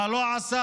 מה לא עשה.